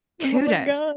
kudos